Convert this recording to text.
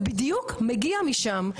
זה בדיוק מגיע משם.